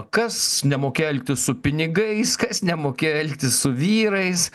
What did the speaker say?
kas nemokėjo elgtis su pinigais kas nemokėjo elgtis su vyrais